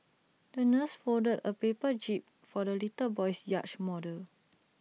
the nurse folded A paper jib for the little boy's yacht model